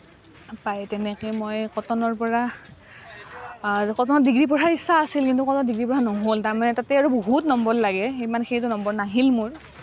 পায় তেনেকে মই কটনৰ পৰা কটনত ডিগ্ৰী পঢ়াৰ ইচ্ছা আছিল কিন্তু ডিগ্ৰী পঢ়া নহ'ল তাৰমানে তাতে আৰু বহুত নম্বৰ লাগে সেই মানে সেইটো নম্বৰ নাহিল মোৰ